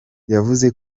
yavuze